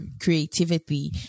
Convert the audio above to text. creativity